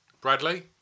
Bradley